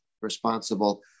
responsible